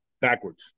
backwards